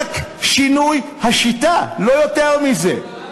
רק שינוי השיטה, לא יותר מזה.